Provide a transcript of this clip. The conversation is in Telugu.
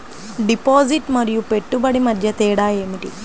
డిపాజిట్ మరియు పెట్టుబడి మధ్య తేడా ఏమిటి?